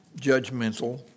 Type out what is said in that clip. judgmental